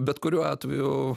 bet kuriuo atveju